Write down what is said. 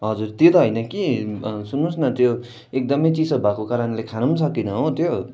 हजुर त्यो त होइन कि सुन्नुहोस् न त्यो एकदमै चिसो भएको कारणले खानु पनि सकिनँ हो त्यो